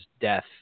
death